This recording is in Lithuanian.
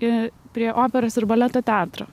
ir prie operos ir baleto teatro